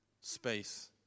space